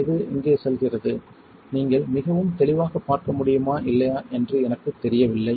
இது இங்கே செல்கிறது நீங்கள் மிகவும் தெளிவாக பார்க்க முடியுமா இல்லையா என்று எனக்குத் தெரியவில்லை